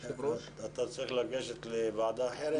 אני צריך ללכת לוועדה אחרת.